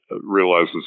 realizes